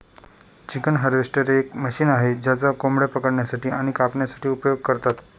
chicken harvester हे एक machine आहे ज्याचा कोंबड्या पकडण्यासाठी आणि कापण्यासाठी उपयोग करतात